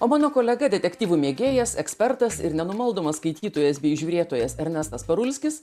o mano kolega detektyvų mėgėjas ekspertas ir nenumaldomas skaitytojas bei žiūrėtojas ernestas parulskis